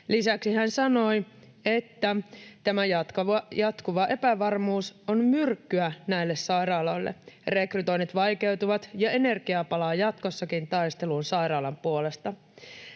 Lisäksi hän sanoi, että "tämä jatkuva epävarmuus on myrkkyä näille sairaaloille: rekrytoinnit vaikeutuvat ja energiaa palaa jatkossakin taisteluun sairaalan puolesta".